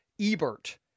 Ebert